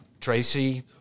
Tracy